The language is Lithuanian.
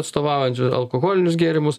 atstovaujančiu alkoholinius gėrimus